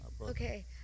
okay